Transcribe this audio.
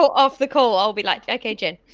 off the call, i'll be like, okay, the